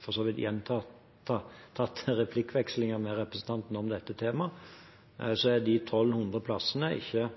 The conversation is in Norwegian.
for så vidt har gjentatt i replikkvekslinger med representanten om dette samme temaet, er de 1 200 plassene ikke